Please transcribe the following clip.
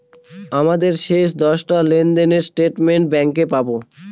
আমাদের শেষ দশটা লেনদেনের স্টেটমেন্ট ব্যাঙ্কে পাবো